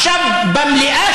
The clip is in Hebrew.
במליאה,